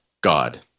God